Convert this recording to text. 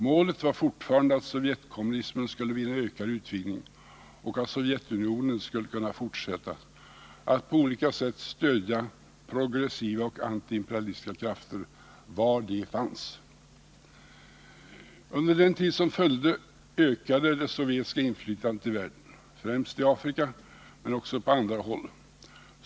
Målet var fortfarande att Sovjetkommunismen skulle vinna ökad utvidgning och att Sovjetunionen skulle kunna fortsätta att på olika sätt stödja progressiva och antiimperialistiska krafter var de fanns. Under den tid som följde ökade det sovjetiska inflytandet i världen, främst i Afrika men också på andra håll.